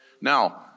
Now